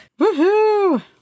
Woohoo